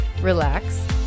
relax